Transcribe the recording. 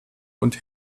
und